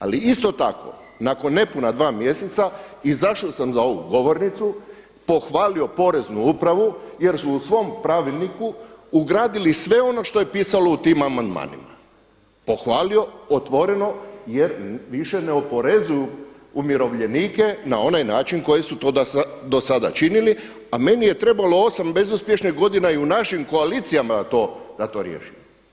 Ali isto tako nakon nepuna dva mjeseca izašao sam za ovu govornicu, pohvalio Poreznu upravu jer su u svom pravilniku ugradili sve ono što je pisalo u tim amandmanima, pohvalio otvoreno jer više ne oporezuju umirovljenike na onaj način na koji su to do sada činili, a meni je trebalo osam bezuspješnih godina i u našim koalicijama da to riješimo.